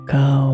go